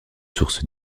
sources